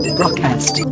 Broadcast